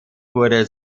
wurde